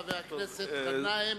חבר הכנסת גנאים,